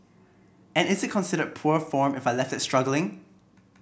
and is it considered poor form if I left it struggling